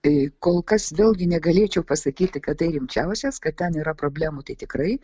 tai kol kas vėlgi negalėčiau pasakyti kad tai rimčiausias kad ten yra problemų tai tikrai